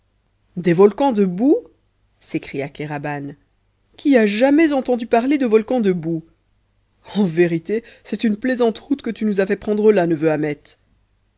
des volcans de boue s'écria kéraban qui a jamais entendu parler de volcans de boue en vérité c'est une plaisante route que tu nous as fait prendre là neveu